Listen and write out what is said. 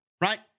right